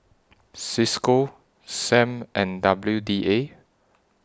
CISCO SAM and W D A